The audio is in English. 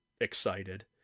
excited